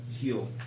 heal